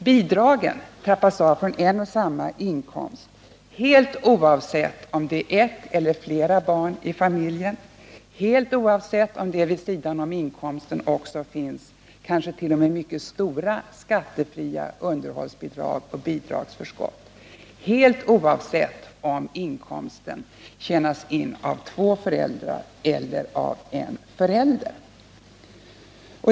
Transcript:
Bidragen trappas av från en och samma inkomst helt oavsett om det är ett eller flera barn i familjen, helt oavsett om det vid sidan om inkomsten finns kanske t.o.m. mycket stora skattefria underhållsbidrag och bidragsförskott, helt oavsett om inkomsten förvärvas av två föräldrar eller av en förälder.